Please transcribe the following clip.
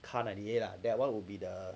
K_A_R ninety eight lah that one would be the